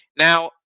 Now